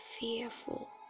fearful